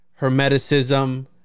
Hermeticism